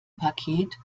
paket